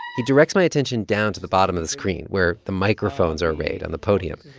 he directs my attention down to the bottom of the screen, where the microphones are arrayed on the podium.